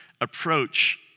approach